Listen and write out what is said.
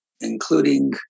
including